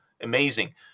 amazing